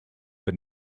but